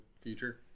future